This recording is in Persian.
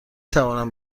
توانم